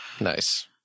Nice